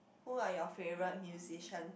who are your favourite musician